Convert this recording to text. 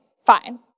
fine